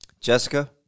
Jessica